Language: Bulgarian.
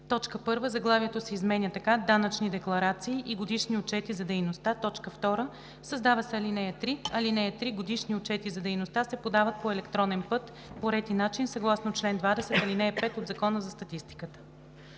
1. Заглавието се изменя така: „Данъчни декларации и годишни отчети за дейността“. 2. Създава се ал. 3: „(3) Годишни отчети за дейността се подават по електронен път по ред и начин съгласно чл. 20, ал. 5 от Закона за статистиката.“